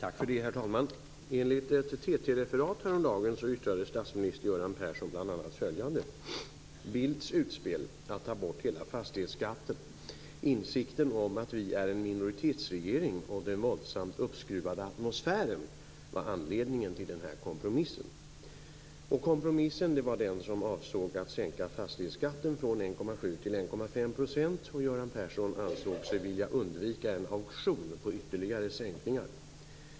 Herr talman! Enligt ett TT-referat häromdagen yttrade statsminister Göran Persson bl.a. följande: Bildts utspel att ta bort hela fastighetsskatten, insikten om att vi är en minoritetsregering och den våldsamt uppskruvade atmosfären var anledningen till den här kompromissen. Kompromissen var den som avsåg att sänka fastighetsskatten från 1,7 % till 1,5 %, och Göran Persson ansåg sig vilja undvika en auktion på ytterligare sänkningar.